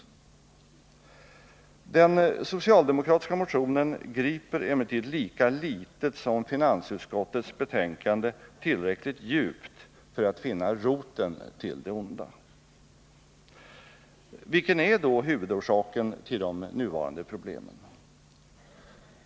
Den socialdemokratiska motionen griper emellertid lika litet som finansutskottets betänkande tillräckligt djupt för att finna roten till det onda. Vilken är då huvudorsaken till de nuvarande problemen?